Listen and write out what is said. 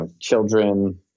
children